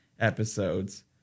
episodes